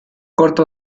corto